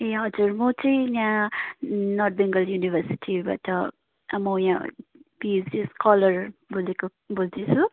ए हजुर म चाहिँ यहाँ नर्थ बेङ्गाल युनिभर्सिटीबाट म यहाँ पिएचडी स्कलर बोलेको बोल्दैछु